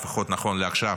לפחות נכון לעכשיו,